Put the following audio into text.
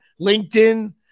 LinkedIn